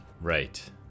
Right